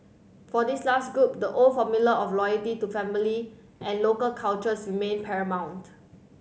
for this last group the old formula of loyalty to family and local cultures remained paramount